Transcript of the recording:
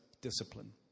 discipline